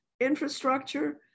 infrastructure